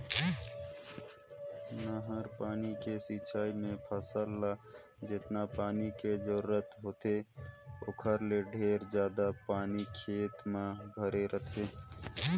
नहर पानी के सिंचई मे फसल ल जेतना पानी के जरूरत होथे ओखर ले ढेरे जादा पानी खेत म भरे रहथे